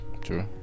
True